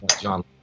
John